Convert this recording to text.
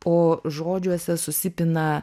o žodžiuose susipina